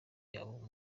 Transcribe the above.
yabo